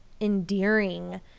endearing